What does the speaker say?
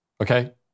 okay